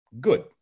Good